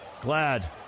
Glad